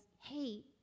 hey